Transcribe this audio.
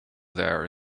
there